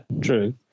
true